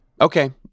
Okay